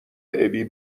ابی